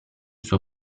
suo